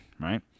right